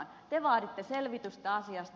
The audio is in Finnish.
te vaaditte selvitystä asiasta